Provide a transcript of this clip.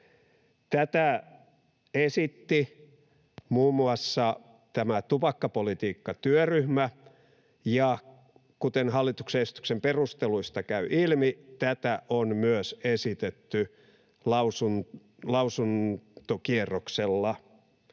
Tätä esitti muun muassa tämä tupakkapolitiikkatyöryhmä ja, kuten hallituksen esityksen perusteluista käy ilmi, tätä on myös esitetty lausuntokierroksella.